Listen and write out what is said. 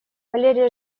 валерия